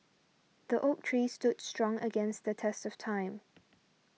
the oak tree stood strong against the test of time